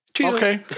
Okay